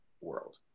world